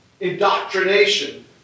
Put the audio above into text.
indoctrination